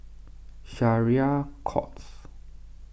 Syariah Courts